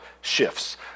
shifts